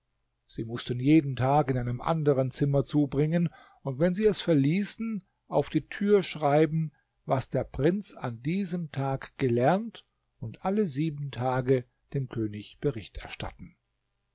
sie mußten jeden tag in einem anderen zimmer zubringen und wenn sie es verließen auf die tür schreiben was der prinz an diesem tag gelernt und alle sieben tage dem könig bericht erstatten